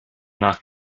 nach